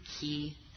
key